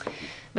למה?